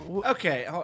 Okay